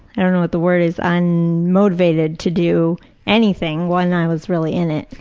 i don't know what the word is unmotivated to do anything when i was really in it.